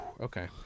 Okay